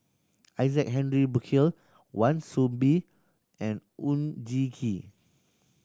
Isaac Henry Burkill Wan Soon Bee and Oon Jin Gee